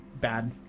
bad